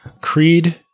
creed